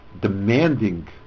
demanding